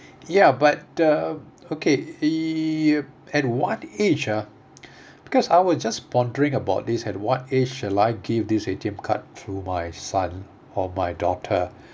ya but uh okay ya at what age ah because I was just pondering about this at what age shall I give this A_T_M card to my son or my daughter